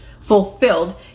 fulfilled